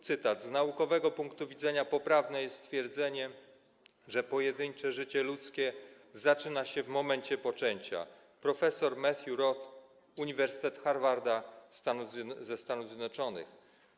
Cytat: Z naukowego punktu widzenia poprawne jest stwierdzenie, że pojedyncze życie ludzkie zaczyna się w momencie poczęcia - prof. Matthews-Roth, Uniwersytet Harvarda, ze Stanów Zjednoczonych.